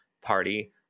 party